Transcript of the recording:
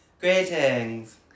Greetings